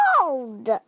gold